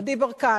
עדי ברקן,